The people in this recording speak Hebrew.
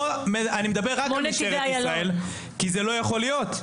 פה אני מדבר רק על משטרת ישראל כי זה לא יכול להיות.